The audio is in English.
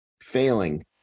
failing